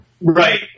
right